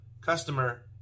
customer